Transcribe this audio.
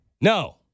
no